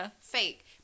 fake